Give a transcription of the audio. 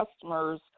customers